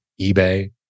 eBay